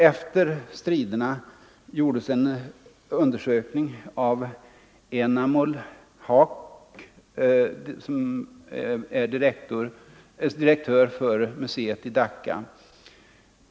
Efter striderna gjordes en undersökning av Enamul Haque, som är direktör för muséet i Dacca.